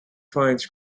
finds